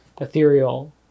ethereal